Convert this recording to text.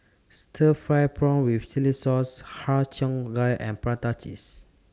Stir Fried Prawn with Chili Sauce Har Cheong Gai and Prata Cheese